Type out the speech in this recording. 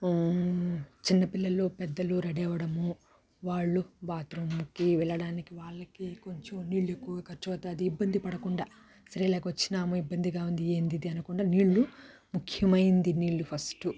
చిన్న పిల్లలు పెద్దలు రెడీ అవ్వడము వాళ్ళు బాత్రూంకి వెళ్ళడానికి వాళ్ళకి కొంచెం నీళ్ళు ఎక్కువ ఖర్చు అవుతుంది ఇబ్బంది పడకుండా సరే ఇలాగా వచ్చినాము ఇబ్బందిగా ఏంది ఇది అనకుండా నీళ్ళు ముఖ్యమైనది నీళ్ళు ఫస్ట్